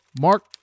Mark